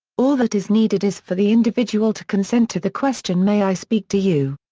all that is needed is for the individual to consent to the question may i speak to you.